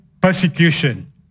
persecution